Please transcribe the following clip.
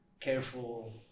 careful